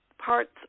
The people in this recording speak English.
parts